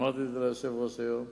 אמרתי את זה ליושב-ראש היום,